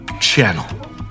channel